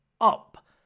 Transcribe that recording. up